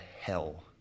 hell